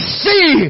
see